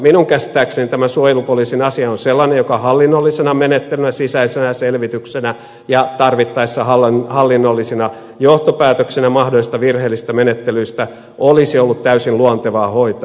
minun käsittääkseni tämä suojelupoliisin asia on sellainen joka hallinnollisena menettelynä sisäisenä selvityksenä ja tarvittaessa hallinnollisina johtopäätöksinä mahdollisista virheellisistä menettelyistä olisi ollut täysin luontevaa hoitaa